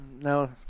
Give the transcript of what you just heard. no